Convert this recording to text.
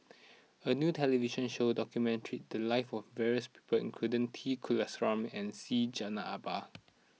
a new television show documented the lives of various people including T Kulasekaram and Syed Jaafar Albar